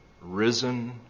risen